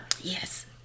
Yes